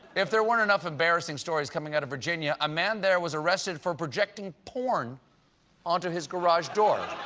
if there weren't enough embarrassing stories coming out of virginia, a man there was arrested for projecting porn onto his garage door.